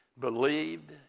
believed